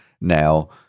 now